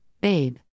babe